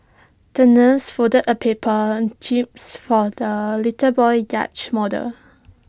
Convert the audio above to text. the nurse folded A paper jibs for the little boy's yacht model